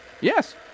yes